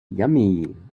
yummy